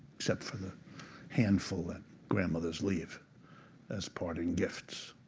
except for the handful that grandmothers leave as parting gifts.